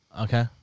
Okay